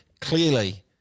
clearly